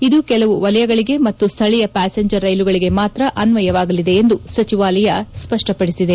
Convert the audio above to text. ಇದು ಕೆಲವು ವಲಯಗಳಿಗೆ ಮತ್ತು ಸ್ಥಳೀಯ ಪ್ಯಾಸೆಂಜರ್ ರೈಲುಗಳಿಗೆ ಮಾತ್ರ ಅನ್ವಯವಾಗಲಿದೆ ಎಂದು ಸಚಿವಾಲಯ ಸ್ಪಷ್ಟಪಡಿಸಿದೆ